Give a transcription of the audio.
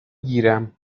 گیرم